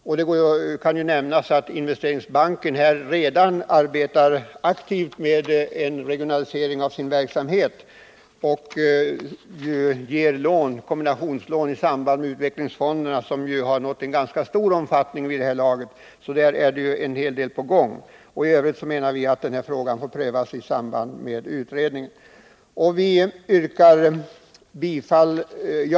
Jag kan nämna att Investeringsbanken redan arbetar aktivt med en regional verksamhet och ger kombinationslån i samarbete med utvecklingsfonderna, som nått en ganska stor omfattning vid det här laget. Det är alltså en hel del på gång. I övrigt menar vi i utskottsmajoriteten att den här frågan får prövas i samband med utredningen om en femte AP-fond och om småföretagens finansiella situation. Herr talman!